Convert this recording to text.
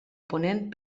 ponent